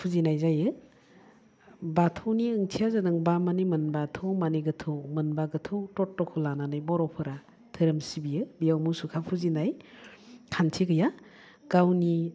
फुजिनाय जायो बाथौनि ओंथिया जादों बा माने मोनबा थौ माने गोथौ मोनबा गोथौ तत्तखौ लानानै बर'फोरा दोहोरोम सिबियो बेयाव मुसुखा फुजिनाय खान्थि गैया गावनि